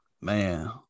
man